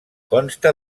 consta